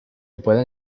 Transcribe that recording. pueden